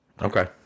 Okay